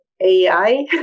AI